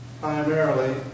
primarily